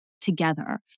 together